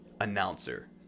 announcer